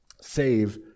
Save